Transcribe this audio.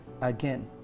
again